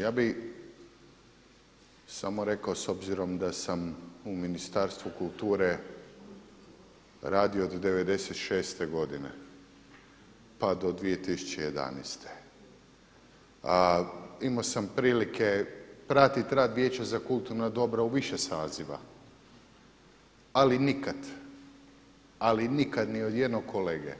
Ja bih samo rekao s obzirom da sam u Ministarstvu kulture radio od '96. godine pa do 2011. imao sam prilike pratiti rad Vijeća za kulturna dobra u više saziva ali nikad, ali nikad ni od jednog kolege